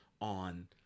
on